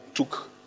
took